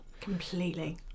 Completely